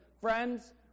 friends